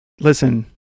listen